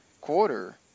quarter